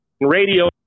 radio